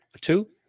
two